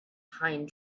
pine